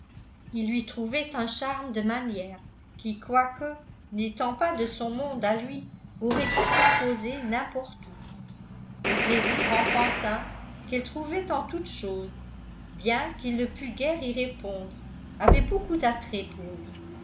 il lui trouvait un charme de manières qui quoique n'étant pas de son monde à lui aurait pu s'imposer n'importe où le plaisir enfantin qu'elle trouvait en toute chose bien qu'il ne pût guère y répondre avait beaucoup d'attrait pour lui